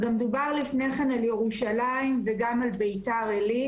דובר לפני כן גם על ירושלים וגם על ביתר עילית.